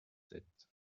sept